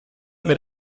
mit